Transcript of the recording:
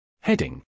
Heading